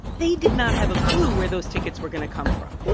they did not have a clue where those tickets were going to come from.